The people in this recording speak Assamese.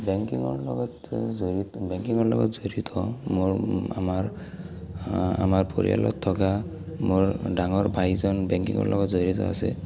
বেংকিঙৰ লগত জড়িত বেংকিঙৰ লগত জড়িত মোৰ আমাৰ আমাৰ পৰিয়ালত থকা মোৰ ডাঙৰ ভাইজন বেংকিঙৰ লগত জড়িত আছে